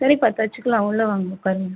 சரிப்பா தச்சுக்கலாம் உள்ளே வாங்க உக்காருங்க